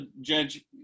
Judge